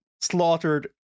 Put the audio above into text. slaughtered